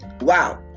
Wow